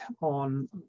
on